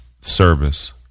service